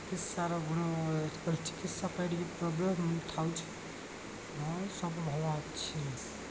ି ଚିକିତ୍ସାର ଚିକିତ୍ସା ପାଇକି ପ୍ରୋବ୍ଲେମ୍ ଥାଉଛି ହଁ ସବୁ ଭଲ ଅଛି